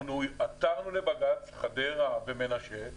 אנחנו עתרנו לבג"צ, חדרה ומנשה,